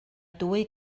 dwy